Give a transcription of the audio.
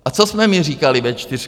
A co jsme my říkali, V4?